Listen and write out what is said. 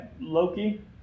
Loki